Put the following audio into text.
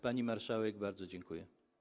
Pani marszałek, bardzo dziękuję.